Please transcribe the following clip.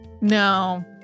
No